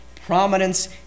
prominence